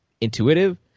intuitive